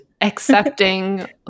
Accepting